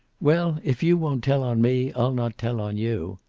well, if you won't tell on me, i'll not tell on you.